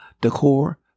decor